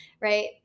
Right